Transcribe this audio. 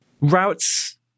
routes